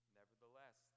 Nevertheless